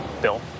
Bill